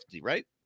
right